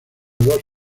dos